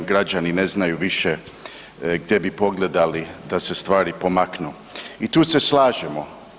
Građani ne znaju više gdje bi pogledali da se stvari pomaknu i tu se slažemo.